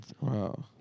Wow